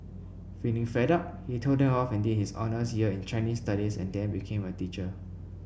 feeling fed up he told them off and did his honours year in Chinese Studies and then became a teacher